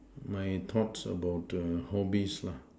my thoughts about the hobbies lah